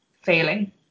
failing